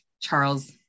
Charles